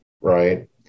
Right